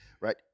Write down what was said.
right